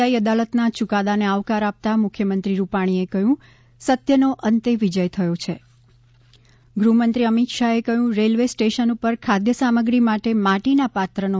આઈ અદાલતના યુકાદાને આવકાર આપતા મુખ્યમંત્રી રૂપાણીએ કહ્યું સત્ય નો અંતે વિજય થયો છે ગૃહ મંત્રી અમિત શાહે કહ્યું રેલ્વે સ્ટેશન ઉપર ખાદ્ય સામગ્રી માટે માટીના પાત્રનો